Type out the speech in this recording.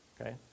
okay